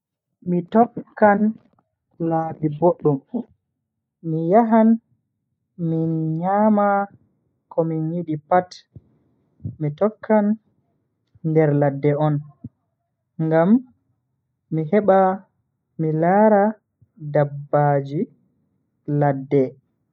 Mi tokkan laabi boddum, mi yahan min nyama ko min yidi pat. Mi tokkan nder ladde on ngam mi heba mi laaara dabbaji ladde.